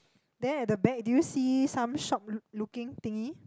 then at the back do you see some shop loo~ looking thingy